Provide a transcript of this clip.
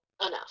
enough